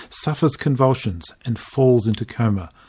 suffers convulsions and falls into coma.